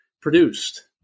produced